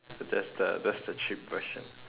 that's the that's the cheap version